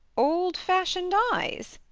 old-fashioned eyes?